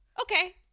Okay